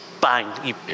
bang